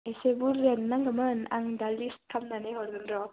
एसे बुरजायानो नांगौमोन आं दा लिस्ट खालामनानै हरगोनर'